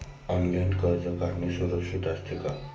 Online कर्ज काढणे सुरक्षित असते का?